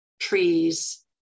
trees